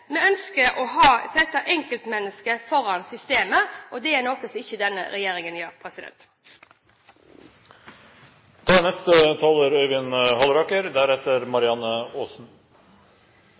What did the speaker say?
Vi ønsker å sette enkeltmennesket foran systemet. Det er noe denne regjeringen ikke gjør. Høyre har i hele denne